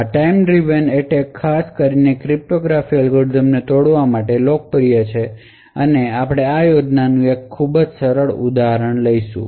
તેથી આ time driven attack ખાસ કરીને ક્રિપ્ટોગ્રાફિક આલ્ગોરિધમ્સને તોડવા માટે લોકપ્રિય છે અને આપણે આ યોજનાનું એક ખૂબ સરળ ઉદાહરણ લઈશું